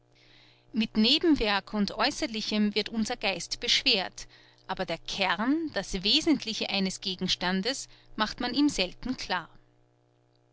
mit nebenwerk und aeußerlichem wird unser geist beschwert aber den kern das wesentliche eines gegenstandes macht man ihm selten klar